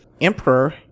Emperor